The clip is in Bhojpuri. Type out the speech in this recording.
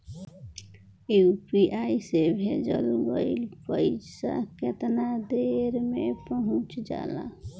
यू.पी.आई से भेजल गईल पईसा कितना देर में पहुंच जाला?